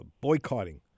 boycotting